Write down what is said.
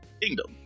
kingdom